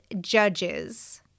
judges